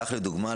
כך לדוגמא,